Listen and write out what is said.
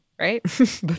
right